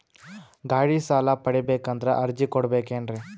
ಗಾಡಿ ಸಾಲ ಪಡಿಬೇಕಂದರ ಅರ್ಜಿ ಕೊಡಬೇಕೆನ್ರಿ?